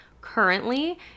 Currently